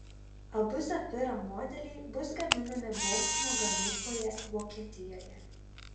abu zafira modeliai bus gaminami bochumo gamykloje vokietijoje